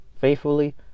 faithfully